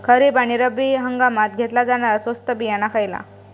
खरीप आणि रब्बी हंगामात घेतला जाणारा स्वस्त बियाणा खयला?